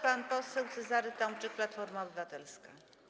Pan poseł Cezary Tomczyk, Platforma Obywatelska.